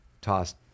tossed